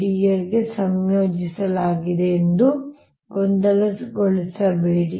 dl ಸಂಯೋಜಿಸಲಾಗಿದೆ ಎಂದು ಗೊಂದಲಗೊಳಿಸಬೇಡಿ